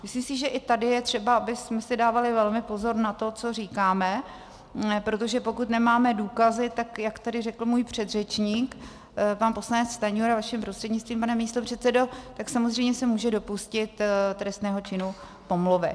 Myslím si, že i tady je třeba, abychom si dávali velmi pozor na to, co říkáme, protože pokud nemáme důkazy, jak tady řekl můj předřečník pan poslanec Stanjura vaším prostřednictvím, pane předsedo, tak samozřejmě se může dopustit trestného činu pomluvy.